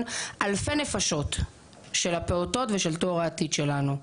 אלפי נפשות של הפעוטות ושל דור העתיד שלנו,